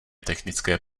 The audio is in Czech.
technické